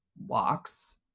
walks